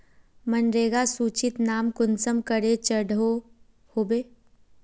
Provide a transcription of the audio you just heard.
मनरेगा सूचित नाम कुंसम करे चढ़ो होबे?